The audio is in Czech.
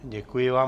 Děkuji vám.